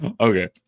Okay